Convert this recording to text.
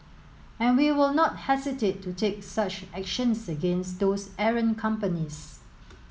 and we will not hesitate to take such actions against those errant companies